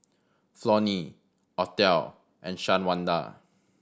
Flonnie Othel and Shawanda